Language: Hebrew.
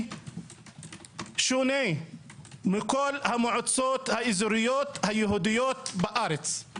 שונה מכל המועצות האזוריות היהודיות בארץ.